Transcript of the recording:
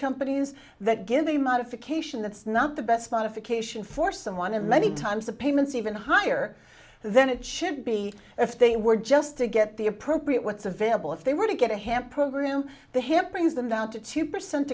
companies that give a modification that's not the best modification for someone in many times of payments even higher then it should be if they were just to get the appropriate what's available if they were to get a ham program the hip brings them down two percent